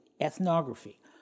ethnography